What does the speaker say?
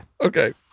Okay